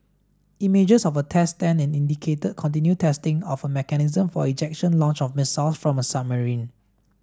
images of a test stand indicated continued testing of a mechanism for ejection launch of missiles from a submarine